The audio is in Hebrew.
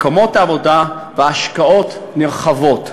מקומות עבודה והשקעות נרחבות.